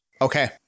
Okay